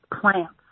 plants